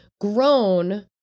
grown